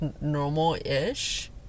normal-ish